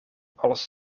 als